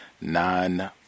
nine